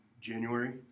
January